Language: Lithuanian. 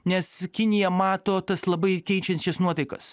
nes kinija mato tas labai keičiančias nuotaikas